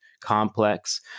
complex